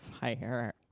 fire